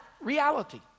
reality